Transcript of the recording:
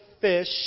fish